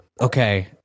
Okay